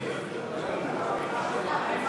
ביטוח לאומי,